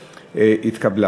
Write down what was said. לפיכך אני קובע